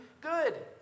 good